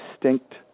distinct